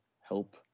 help